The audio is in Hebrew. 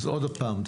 עוד הפעם.